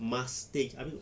mask thing I mean